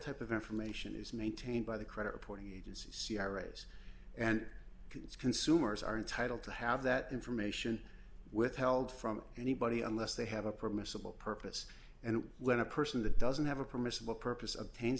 type of information is maintained by the credit reporting agency sierra's and consumers are entitled to have that information withheld from anybody unless they have a permissible purpose and when a person that doesn't have a permissible purpose obtains